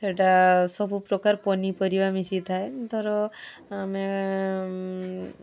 ସେଇଟା ସବୁ ପ୍ରକାର ପନିପରିବା ମିଶିଥାଏ ଧର ଆମେ